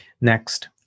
next